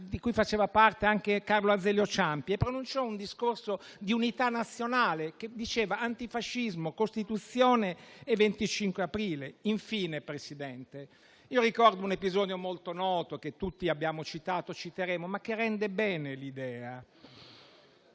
di cui faceva parte anche Carlo Azeglio Ciampi, e pronunciò un discorso di unità nazionale che parlava di antifascismo, Costituzione e 25 aprile. Infine, signor Presidente, ricordo un episodio molto noto, che tutti abbiamo citato e citeremo e che rende bene l'idea.